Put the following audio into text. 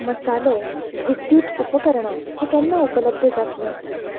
मसाले विद्द्यूत उपकरणां हें केन्ना उपलब्ध जातलें